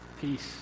peace